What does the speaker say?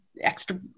extra